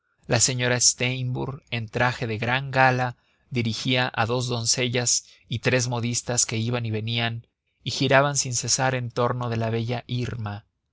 la señora de steimbourg en traje de gran gala dirigía a dos doncellas y tres modistas que iban y venían y giraban sin cesar en torno de la bella irma